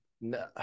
No